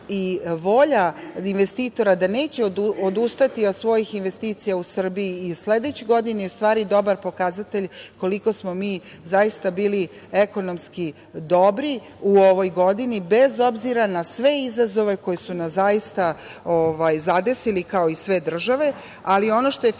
i volja investitora da neće odustati od svojih investicija u Srbiji i u sledećoj godini, je u stvari dobar pokazatelj koliko smo mi zaista bili ekonomski dobri u ovoj godini bez obzira na sve izazove koji su nas zaista zadesili, kao i sve države. Ono što je Fiskalni